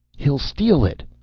he'll steal it!